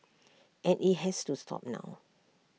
and IT has to stop now